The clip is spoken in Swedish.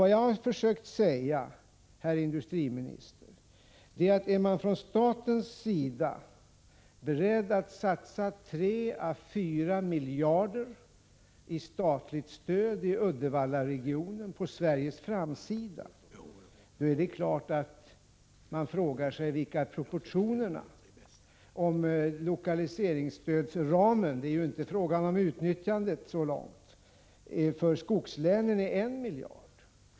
Vad jag har försökt säga, herr industriminister, är att när staten är beredd att satsa 3 å 4 miljarder i statligt stöd i Uddevallaregionen, på Sveriges framsida, så är det klart att man frågar sig vilka proportionerna är, om lokaliseringsstödsramen — det är ju än så länge inte fråga om utnyttjandet — för skogslänen är 1 miljard.